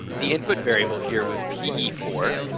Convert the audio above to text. the input variable here was p e four,